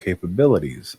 capabilities